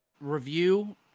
review